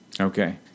Okay